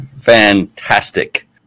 fantastic